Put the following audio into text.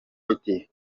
iti